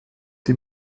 die